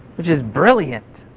which is brilliant.